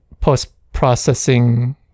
post-processing